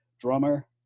drummer